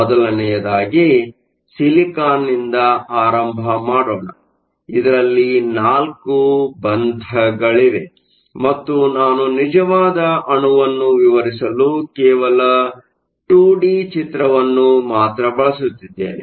ಮೋದಲನೆಯದಾಗಿ ಸಿಲಿಕಾನ್ನಿಂದ ಆರಂಭ ಮಾಡೋಣ ಇದರಲ್ಲಿ 4 ಬಂಧಗಳಿವೆ ಮತ್ತು ನಾನು ನಿಜವಾದ ಅಣುವನ್ನು ವಿವರಿಸಲು ಕೇವಲ 2ಡಿ ಚಿತ್ರವನ್ನು ಮಾತ್ರ ಬಳಸುತ್ತಿದ್ದೇನೆ